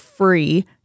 free